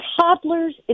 toddlers